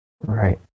Right